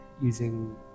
using